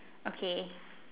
okay